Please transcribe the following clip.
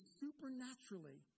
supernaturally